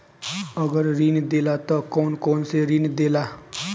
अगर ऋण देला त कौन कौन से ऋण देला?